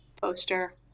poster